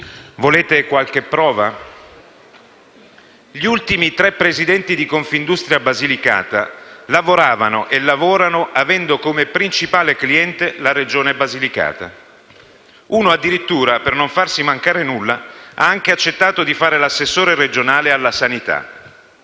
Volete qualche prova? Gli ultimi tre presidenti di Confindustria Basilicata lavoravano e lavorano avendo come principale cliente la Regione Basilicata. Uno addirittura, per non farsi mancare nulla, ha anche accettato di fare l'assessore regionale alla sanità.